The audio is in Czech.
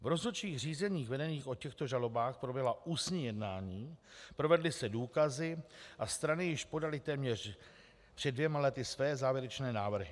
V rozhodčích řízeních vedených o těchto žalobách proběhla ústní jednání, provedly se důkazy a strany již podaly téměř před dvěma lety své závěrečné návrhy.